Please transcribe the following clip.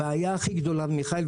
הבעיה הכי גדולה מיכאל,